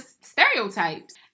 stereotypes